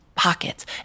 Pockets